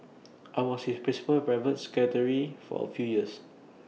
I was his principal private secretary for A few years